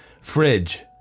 Fridge